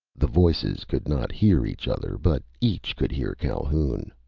the voices could not hear each other, but each could hear calhoun.